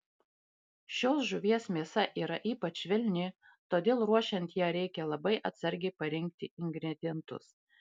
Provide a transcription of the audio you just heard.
šios žuvies mėsa yra ypač švelni todėl ruošiant ją reikia labai atsargiai parinkti ingredientus